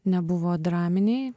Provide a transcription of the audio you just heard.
nebuvo draminiai